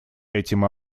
этим